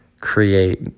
create